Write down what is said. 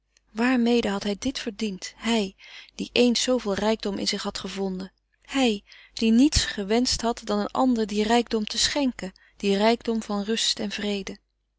waarmede had hij dit verdiend hij die eens zooveel rijkdom in zich had gevonden hij die niets gewenscht had dan eener andere dien rijkdom te schenken dien rijkdom van rust en vrede